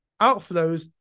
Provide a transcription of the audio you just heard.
outflows